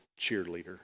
cheerleader